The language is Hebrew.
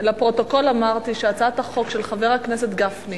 לפרוטוקול אמרתי שהצעת החוק של חבר הכנסת גפני